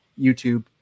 YouTube